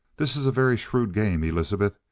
this is a very shrewd game, elizabeth.